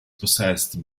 possessed